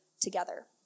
together